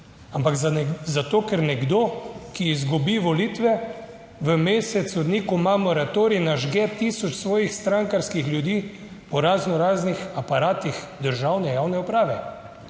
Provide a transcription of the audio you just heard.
ampak zato, ker nekdo, ki izgubi volitve v mesecu dni, ko ima moratorij, nažge tisoč svojih strankarskih ljudi po razno raznih aparatih državne javne uprave.